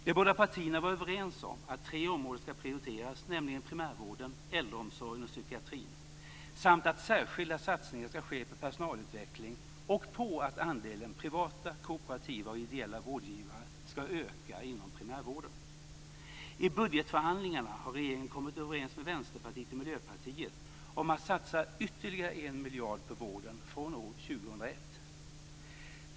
De båda partierna var överens om att tre områden ska prioriteras, nämligen primärvården, äldreomsorgen och psykiatrin, samt att särskilda satsningar ska ske på personalutveckling och på att andelen privata, kooperativa och ideella vårdgivare ska öka inom primärvården. I budgetförhandlingarna har regeringen kommit överens med Vänsterpartiet och Miljöpartiet om att satsa ytterligare en miljard på vården från år 2001.